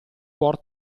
cuor